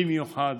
במיוחד